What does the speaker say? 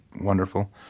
wonderful